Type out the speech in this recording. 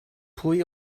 pwy